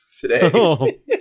Today